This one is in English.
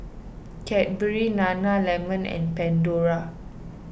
Cadbury Nana Lemon and Pandora